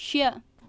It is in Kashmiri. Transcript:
شےٚ